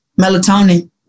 Melatonin